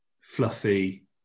fluffy